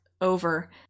over